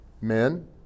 men